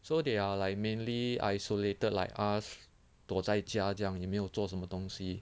so they are like mainly isolated like us 躲在家这样也没有做什么东西